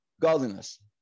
godliness